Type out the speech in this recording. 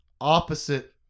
opposite